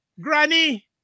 Granny